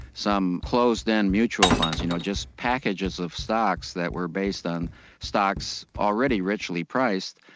some closed their mutual funds, you know, just packages of stocks that were based on stocks already richly priced,